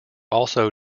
also